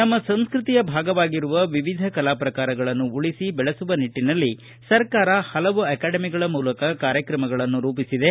ನಮ್ಮ ಸಂಸ್ಕೃತಿಯ ಭಾಗವಾಗಿರುವ ವಿವಿಧ ಕಲಾ ಪ್ರಕಾರಗಳನ್ನು ಉಳಿಸಿ ಬೆಳೆಸುವ ನಿಟ್ಟಿನಲ್ಲಿ ಸರ್ಕಾರ ಪಲವು ಅಕಾಡೆಮಿಗಳ ಕಾರ್ಯಕ್ರಮಗಳನ್ನು ರೂಪಿಸಿದೆ